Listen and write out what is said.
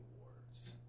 awards